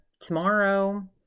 tomorrow